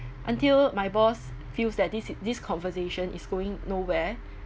until my boss feels that this this conversation is going nowhere